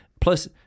plus